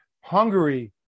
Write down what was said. Hungary